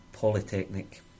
Polytechnic